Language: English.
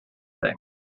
thing